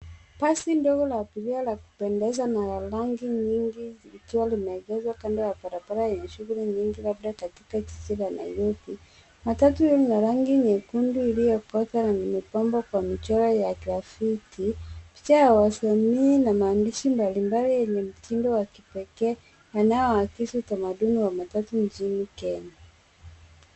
Basi ndogo la abiria la kupendeza na la rangi nyingi likiwa limeegeshwa kando ya barabara yenye shughuli nyingi labda katika jiji la Nairobi. Matatu ni la rangi nyekundu iliyokoza na limepambwa kwa michoro ya grafiti. Picha ya wasanii na maandishi mbalimbali yenye mtindo wa kipekee yanayoakisi utamaduni wa matatu nchini Kenya.